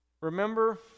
remember